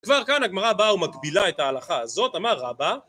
כבר כאן הגמרא בא ומגבילה את ההלכה הזאת, אמר רבא.